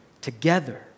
together